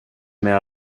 med